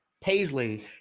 Paisley